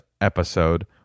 episode